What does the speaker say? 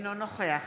אינו נוכח